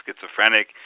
schizophrenic